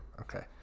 Okay